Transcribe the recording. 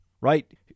right